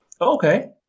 Okay